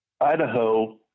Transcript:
Idaho